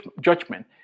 judgment